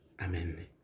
Amen